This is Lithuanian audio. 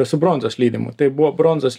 su bronzos lydimu tai buvo bronzos